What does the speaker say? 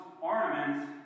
ornaments